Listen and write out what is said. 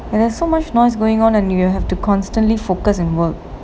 and there's so much noise going on and you have to constantly focus in work